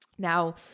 Now